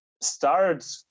start